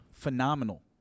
Phenomenal